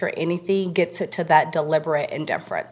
or anything gets to that deliberate indifferen